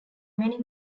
many